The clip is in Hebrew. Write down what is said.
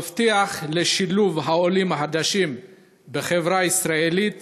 המפתח לשילוב העולים החדשים בחברה הישראלית